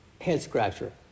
head-scratcher